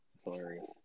Hilarious